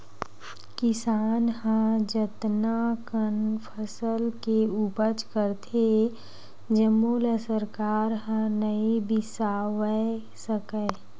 किसान ह जतना कन फसल के उपज करथे जम्मो ल सरकार ह नइ बिसावय सके